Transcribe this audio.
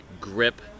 grip